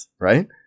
right